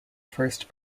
first